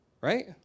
Right